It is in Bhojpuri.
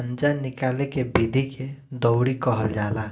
आनजा निकाले के विधि के दउरी कहल जाला